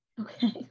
Okay